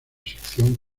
sección